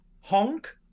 Honk